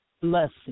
blessing